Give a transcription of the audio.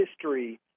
history